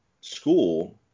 school